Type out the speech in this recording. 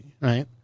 right